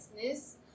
Business